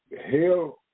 hell